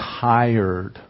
tired